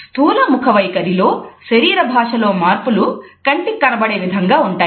స్థూల ముఖ వైఖరిలో శరీర భాష లో మార్పులు కంటికి కనపడే విధంగా ఉంటాయి